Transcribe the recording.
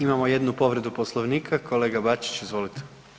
Imamo jednu povredu Poslovnika, kolega Bačić, izvolite.